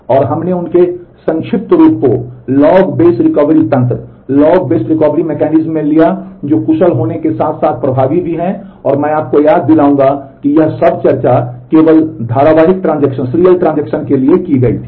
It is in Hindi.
और हमने उनके संक्षिप्त रूप को लॉग बेस रिकवरी तंत्र के लिए की गई थी